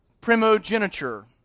primogeniture